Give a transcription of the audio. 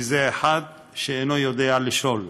כי זה אחד שאינו יודע לשאול.